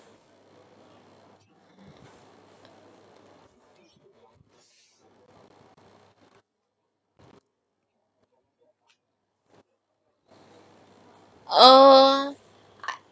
err